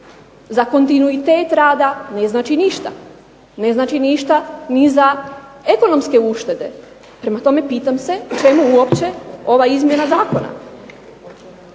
za kontinuitet rada ne znači ništa, ne znači ništa ni za ekonomske uštede. Prema tome, pitam se uopće čemu ova izmjena Zakona?